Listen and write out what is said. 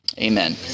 Amen